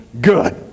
good